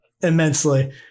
Immensely